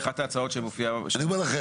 אחת ההצעות שמופיעה --- אני אומר לכם.